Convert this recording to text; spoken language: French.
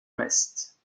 reste